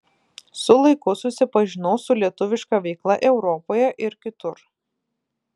su laiku susipažinau su lietuviška veikla europoje ir kitur